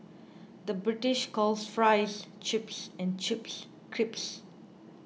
the British calls Fries Chips and Chips Crisps